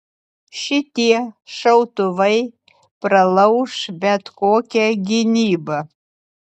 šitie šautuvai pralauš bet kokią gynybą